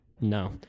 no